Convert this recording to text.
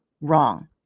wrong